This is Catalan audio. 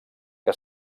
que